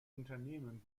unternehmen